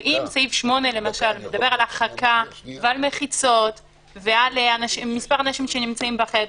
ואם סעיף 8 למשל מדבר על הרחקה ועל מחיצות ועל מספר אנשים שנמצאים בחדר,